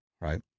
Right